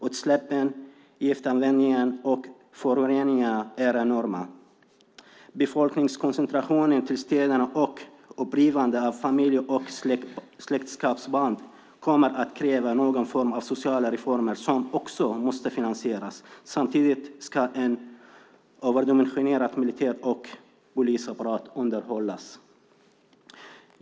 Utsläppen, giftanvändningen och föroreningarna är enorma. Befolkningskoncentrationen till städerna och upprivandet av familje och släktskapsband kommer att kräva någon form av sociala reformer som också måste finansieras. Samtidigt ska en överdimensionerad militär och polisapparat underhållas.